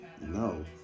No